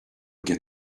get